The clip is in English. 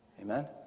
Amen